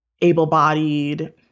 able-bodied